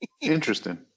interesting